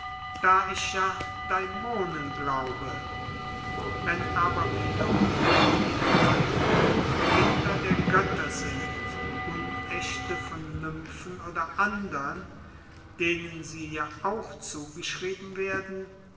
da ich ja daimonen glaube wenn aber wiederum die daimonen kinder der götter sind unechte von nymphen oder andern denen sie ja auch zugeschrieben werden